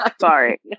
Sorry